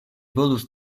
volus